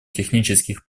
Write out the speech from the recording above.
технических